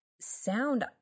sound